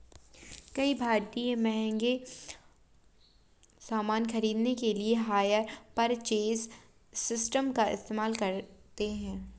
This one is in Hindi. कई भारतीय महंगे सामान खरीदने के लिए हायर परचेज सिस्टम का इस्तेमाल करते हैं